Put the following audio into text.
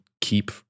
keep